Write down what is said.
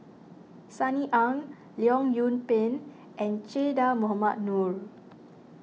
Sunny Ang Leong Yoon Pin and Che Dah Mohamed Noor